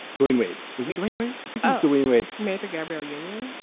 dwayne wade. was it dwayne wade. i think ah dwayne wade made to gabrielle union.